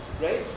right